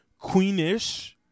Queenish